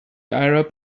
arab